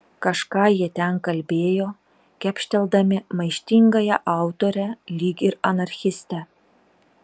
kažką jie ten kalbėjo kepšteldami maištingąją autorę lyg ir anarchistę